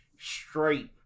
straight